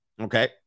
okay